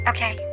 Okay